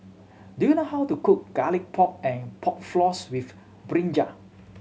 do you know how to cook Garlic Pork and Pork Floss with brinjal